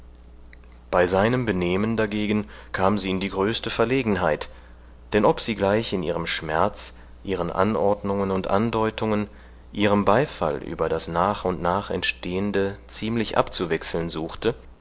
bei seinem benehmen dagegen kam sie in die größte verlegenheit denn ob sie gleich in ihrem schmerz ihren anordnungen und andeutungen ihrem beifall über das nach und nach entstehende ziemlich abzuwechseln suchte